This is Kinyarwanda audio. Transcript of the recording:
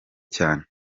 cyane